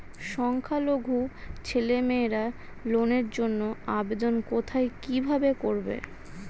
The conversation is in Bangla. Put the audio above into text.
সংখ্যালঘু ছেলেমেয়েরা লোনের জন্য আবেদন কোথায় কিভাবে করবে?